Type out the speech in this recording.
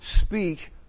speech